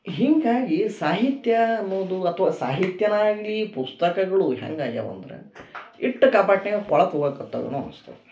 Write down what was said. ಹೀಗಾಗಿ ಸಾಹಿತ್ಯ ಅನ್ನೋದು ಅಥವಾ ಸಾಹಿತ್ಯನೇ ಆಗಲಿ ಪುಸ್ತಕಗಳು ಹೆಂಗೆ ಆಗ್ಯಾವೆ ಅಂದ್ರೆ ಇಟ್ಟ ಕಪಾಟ್ನಾಗ ಕೊಳ್ತು ಹೋಗಕತ್ತದೇನೋ ಅನ್ಸ್ತದೆ